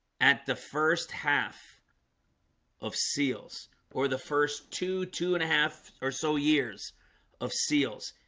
at the first half of seals or the first two two and a half or so years of seals.